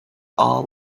all